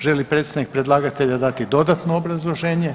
Želi li predstavnika predlagatelja dati dodatno obrazloženje?